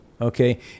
okay